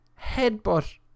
headbutt